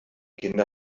kinder